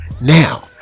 now